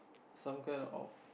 some kind of